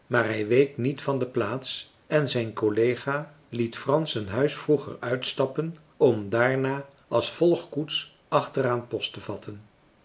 maar hij week niet van de plaats en zijn collega liet frans een huis vroeger uitstappen om daarna als volgkoets achteraan posttevatten